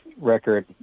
record